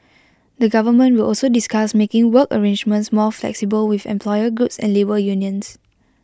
the government will also discuss making work arrangements more flexible with employer groups and labour unions